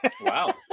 Wow